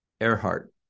Earhart